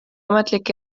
ametlik